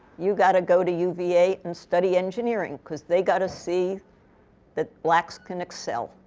you've got to go to uva and study engineering because they've got to see that blacks can excel.